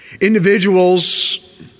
Individuals